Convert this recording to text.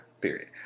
period